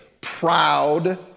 proud